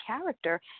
character